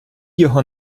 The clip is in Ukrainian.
його